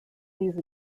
these